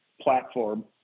platform